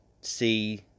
see